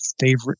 favorite